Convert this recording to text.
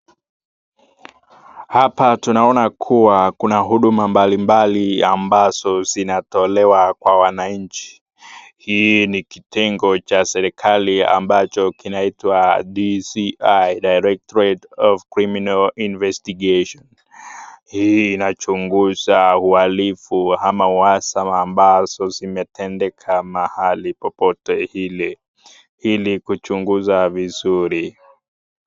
Kuna huduma mbali mbali ambazo zinatolewa kwa wananchi. Hii ni kitengo cha serikali ambacho kinaitwa DCI (Directorate of Criminal Investigations).Hii inachunguza uhalifu ama uhasama ambazo zimetendeka mahali popote ili kuchunguza vizuri.